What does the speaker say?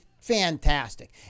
fantastic